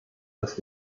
dass